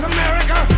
America